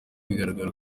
bigaragara